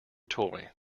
toy